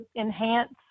enhance